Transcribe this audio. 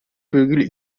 virgül